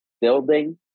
building